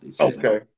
Okay